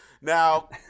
Now